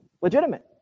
legitimate